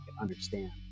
understand